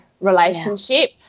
relationship